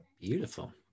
beautiful